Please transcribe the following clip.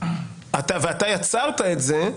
ואתה יצרת את זה,